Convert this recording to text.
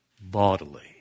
bodily